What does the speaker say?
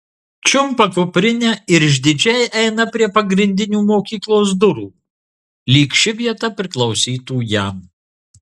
čiumpa kuprinę ir išdidžiai eina prie pagrindinių mokyklos durų lyg ši vieta priklausytų jam